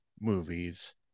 movies